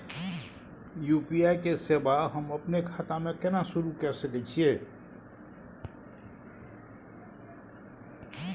UPI के सेवा हम अपने खाता म केना सुरू के सके छियै?